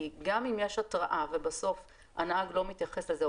כי גם אם יש התראה ובסוף הנהג לא מתייחס לזה או